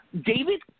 David